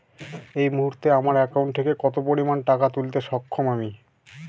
এই মুহূর্তে আমার একাউন্ট থেকে কত পরিমান টাকা তুলতে সক্ষম আমি?